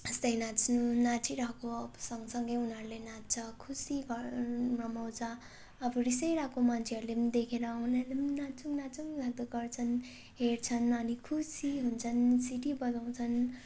यस्तै नाच्नु नाचिरहेको अब सँगसँगै उनीहरूले नाच्छ खुसी गरी रमाउँछ अब रिसाइरहेको मान्छेहरूले पनि देखेर उनीहरूले पनि नाचौँ नाचौँ लाग्दो गर्छन् हेर्छन् अनि खुसी हुन्छन् सिटी बजाउँछन्